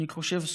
אני חושב,